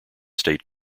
state